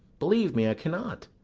believe me, i cannot.